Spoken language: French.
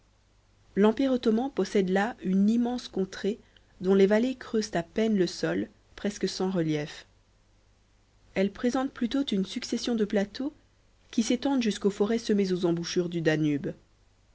l'empire ottoman possède là une immense contrée dont les vallées creusent à peine le sol presque sans relief elle présente plutôt une succession de plateaux qui s'étendent jusqu'aux forêts semées aux embouchures du danube